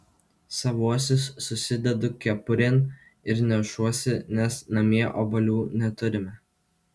savuosius susidedu kepurėn ir nešuosi nes namie obuolių neturime